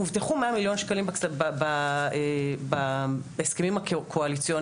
הובטחו מאה מיליון שקלים בהסכמים הקואליציוניים,